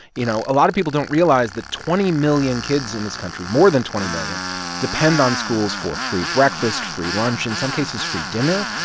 you know, a lot of people don't realize that twenty million kids in this country more than twenty million depend on schools for free breakfast, free lunch in some cases, free dinner.